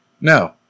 No